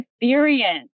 experience